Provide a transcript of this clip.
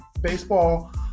baseball